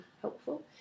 helpful